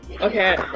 Okay